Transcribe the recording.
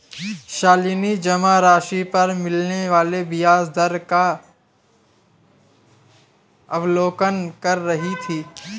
शालिनी जमा राशि पर मिलने वाले ब्याज दर का अवलोकन कर रही थी